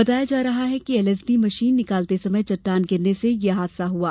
बताया जा रहा है कि एलएसडी मशीन निकालते समय चट्टान गिरने से यह हादसा हुआ